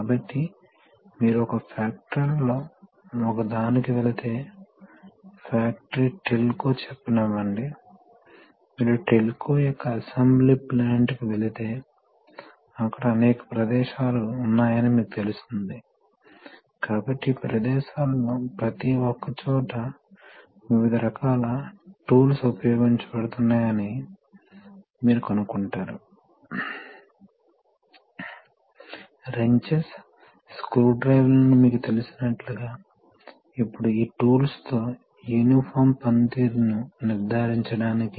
కాబట్టి ఒక స్ప్రింగ్ ఉంది ఇది ఒక స్ప్రింగ్ కాబట్టి స్ప్రింగ్ దానిని క్రిందికి నెట్టివేస్తోంది కాబట్టి ఈ రెండు అంచులు అవి వాస్తవానికి ఇక్కడకు వ్యతిరేకంగా మరియు మూసివేస్తున్నాయి కాబట్టి ట్యాంకుకు లీకేజీ లేదు నేరుగా ద్రవం వెళుతుంది ఇది సాధారణ పరిస్థితి ఇప్పుడు ప్రెషర్ పోతుందని అనుకుందాం ఇక్కడ అధికంగా వెళ్లడం మొదలవుతుంది కాబట్టి ఏమి జరుగుతుందంటే క్యాపిల్లరీ కారణంగా నెమ్మదిగా కొంత సమయం పడుతుంది అయితే ఇక్కడ ఓపినింగ్ వలన ప్రెషర్ కొంత సమయం తరువాత నిర్వహించబడుతుంది